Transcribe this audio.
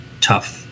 tough